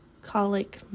colic